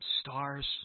stars